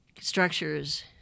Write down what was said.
structures